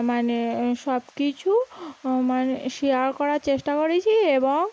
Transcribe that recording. মানে সব কিছু মানে শেয়ার করার চেষ্টা করেছি এবং